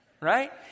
Right